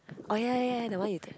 orh ya ya ya the one you take